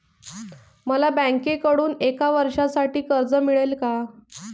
मला बँकेकडून एका वर्षासाठी कर्ज मिळेल का?